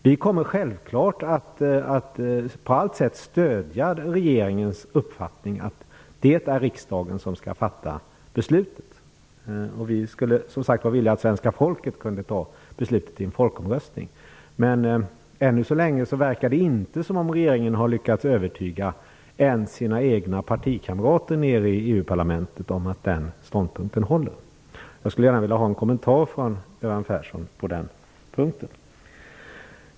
Vi kommer självklart att på allt sätt stödja regeringens uppfattning att det är riksdagen som skall fatta beslutet, och vi skulle som sagt var vilja att svenska folket kunde ta beslutet i en folkomröstning. Men än så länge verkar det inte som om regeringen har lyckats övertyga ens regeringspartiets representanter nere i EU-parlamentet om att den ståndpunkten håller. Jag skulle gärna vilja ha en kommentar från Göran Persson på den punkten.